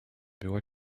była